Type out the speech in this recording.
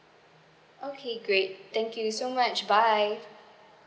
okay great thank you so much bye